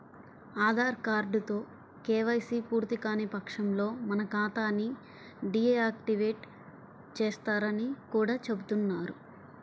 ఆధార్ కార్డుతో కేవైసీ పూర్తికాని పక్షంలో మన ఖాతా ని డీ యాక్టివేట్ చేస్తారని కూడా చెబుతున్నారు